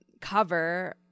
cover